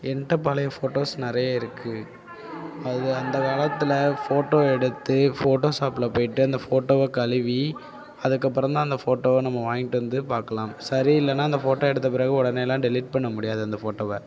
என்கிட்ட பழைய ஃபோட்டோஸ் நிறைய இருக்கு அது அந்த காலத்தில் ஃபோட்டோ எடுத்து ஃபோட்டோஷாப்பில் போய்ட்டு அந்த ஃபோட்டோவை கழுவி அதுக்கப்புறந்தான் அந்த ஃபோட்டோவை நம்ம வாங்கிகிட்டு வந்து பார்க்கலாம் சரியில்லைனா அந்த ஃபோட்டோ எடுத்த பிறகு உடனேலாம் டெலிட் பண்ண முடியாது அந்த ஃபோட்டோவை